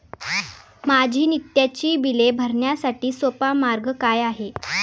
माझी नित्याची बिले भरण्यासाठी सोपा मार्ग काय आहे?